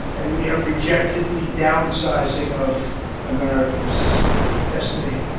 and we have rejected the downsizing of americans' destiny.